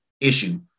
issue